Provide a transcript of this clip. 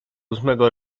ósmego